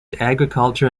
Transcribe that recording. agriculture